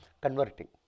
converting